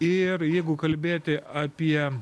ir jeigu kalbėti apie